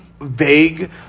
vague